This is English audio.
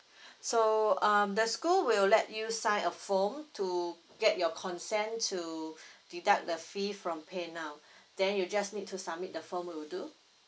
so um the school will let you sign a form to get your consent to deduct the fee from paynow then you just need to submit the form will do